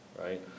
right